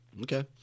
okay